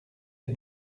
est